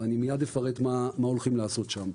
ואני אפרט מה הולכים לעשות שם.